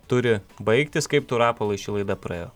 turi baigtis kaip tau rapolai ši laida praėjo